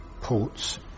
Port's